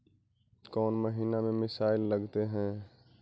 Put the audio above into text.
कौन महीना में मिसाइल लगते हैं?